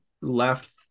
left